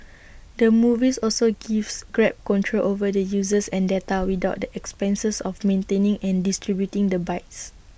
the movies also gives grab control over the users and data without the expenses of maintaining and distributing the bikes